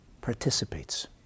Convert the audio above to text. participates